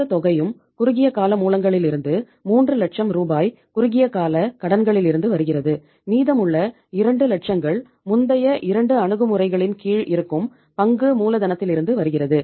மொத்த தொகையும் குறுகிய கால மூலங்களிலிருந்து 3 லட்சம் ரூபாய் குறுகிய கால கடன்களிலிருந்து வருகிறது மீதமுள்ள 2 லட்சங்கள் முந்தைய 2 அணுகுமுறைகளின் கீழ் இருக்கும் பங்கு மூலதனத்திலிருந்து வருகிறது